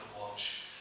watch